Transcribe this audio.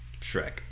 Shrek